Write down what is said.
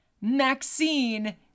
Maxine